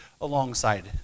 alongside